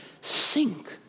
sink